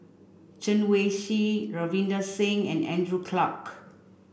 Chen Wen Hsi Ravinder Singh and Andrew Clarke